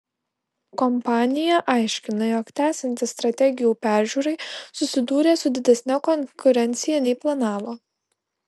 kompanija aiškina jog tęsiantis strategijų peržiūrai susidūrė su didesne konkurencija nei planavo